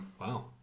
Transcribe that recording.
Wow